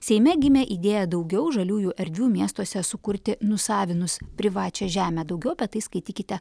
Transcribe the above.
seime gimė idėja daugiau žaliųjų erdvių miestuose sukurti nusavinus privačią žemę daugiau apie tai skaitykite